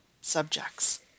subjects